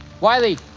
Wiley